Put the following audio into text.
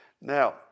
Now